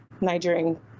Nigerian